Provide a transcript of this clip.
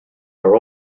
are